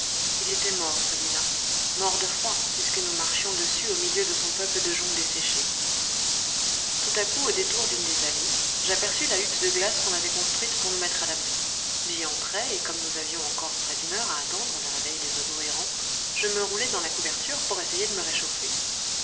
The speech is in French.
il était mort celui-là mort de froid puisque nous marchions dessus au milieu de son peuple de joncs desséchés tout à coup au détour d'une des allées j'aperçus la hutte de glace qu'on avait construite pour nous mettre à l'abri j'y entrai et comme nous avions encore près d'une heure à attendre le réveil des oiseaux errants je me roulai dans ma couverture pour essayer de me réchauffer